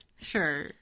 Sure